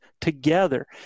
together